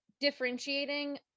differentiating